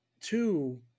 two